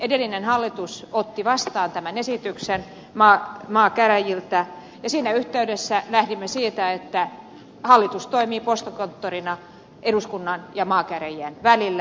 edellinen hallitus otti vastaan tämän esityksen maakäräjiltä ja siinä yhteydessä lähdimme siitä että hallitus toimii postikonttorina eduskunnan ja maakäräjien välillä